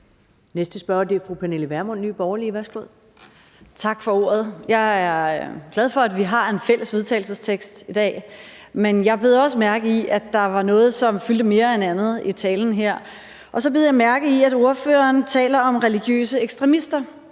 næste spørger er fru Pernille Vermund, Nye Borgerlige. Værsgo. Kl. 15:00 Pernille Vermund (NB): Tak for ordet. Jeg er glad for, at vi har et fælles forslag til vedtagelse i dag, men jeg bed også mærke i, at der var noget, der fyldte mere end andet i talen her, og så bed jeg mærke i, at ordføreren talte om religiøse ekstremister.